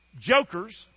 jokers